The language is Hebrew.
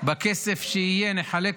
את הכסף שיהיה נחלק,